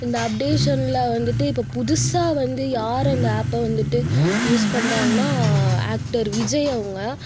இந்த அப்டேஷனில் வந்துட்டு இப்போ புதுசாக வந்து யார் அந்த ஆப்பை வந்துட்டு யூஸ் பண்ணுறாங்கன்னா ஆக்டர் விஜய் அவங்க